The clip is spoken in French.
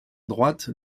droite